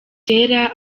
kera